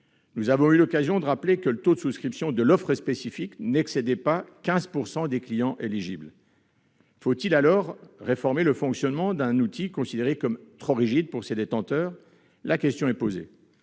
Nous avons eu l'occasion de rappeler que le taux de souscription de l'offre spécifique n'excédait pas 15 % des clients éligibles. Faut-il alors réformer le fonctionnement d'un outil considéré comme trop rigide pour ses détenteurs ? La question est posée.